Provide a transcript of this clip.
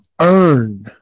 earn